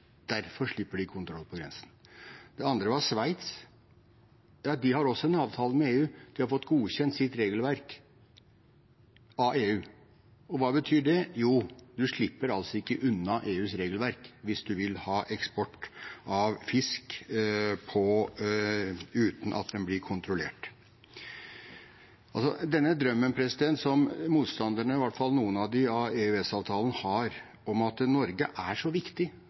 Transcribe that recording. derfor slipper de kontroll på grensen. Det andre var Sveits. Ja, de har også en avtale med EU. De har fått godkjent sitt regelverk av EU. Og hva betyr det? Jo, man slipper altså ikke unna EUs regelverk hvis man vil ha eksport av fisk uten at den blir kontrollert. Til denne drømmen som motstanderne av EØS-avtalen, i hvert fall noen av dem, har om at Norge er så viktig